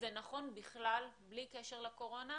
זה נכון בכלל, בלי קשר לקורונה.